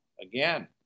Again